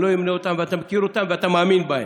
אני לא אמנה אותו, ואתה מכיר אותו, ואתה מאמין בו.